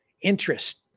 interest